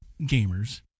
gamers